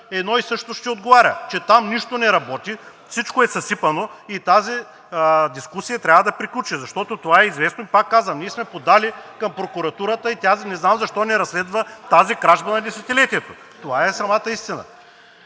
едно и също ще отговаря – че там нищо не работи, всичко е съсипано. И тази дискусия трябва да приключи, защото това е известно. Пак казвам: ние сме подали към прокуратурата и тя не знам защо не разследва тази кражба на десетилетието?! Това е самата истина.